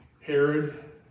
Herod